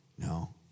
No